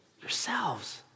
Yourselves